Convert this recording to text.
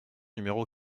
numéro